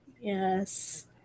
Yes